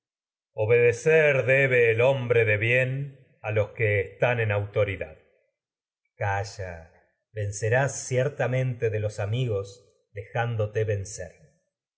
obedecer debe el hombre de bien a que están en autoridad ulises calla vencerás ciertamente de los amigos dejándote vencer